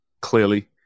clearly